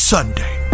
Sunday